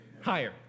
higher